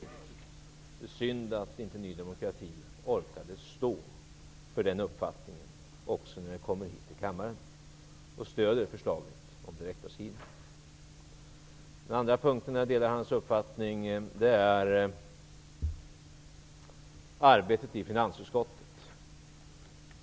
Det är synd att inte Ny demokrati orkar stå för den uppfattningen också när ni kommer hit till kammaren och inte stödjer förslaget om direktavskrivningar. Den andra punkt där jag delar hans uppfattning gäller arbetet i finansutskottet.